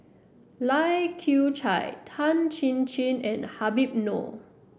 Lai Kew Chai Tan Chin Chin and Habib Noh